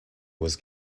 was